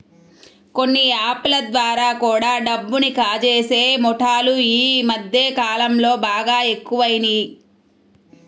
కొన్ని యాప్ ల ద్వారా కూడా డబ్బుని కాజేసే ముఠాలు యీ మద్దె కాలంలో బాగా ఎక్కువయినియ్